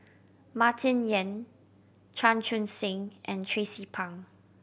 Martin Yan Chan Chun Sing and Tracie Pang